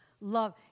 love